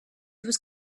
was